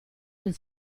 del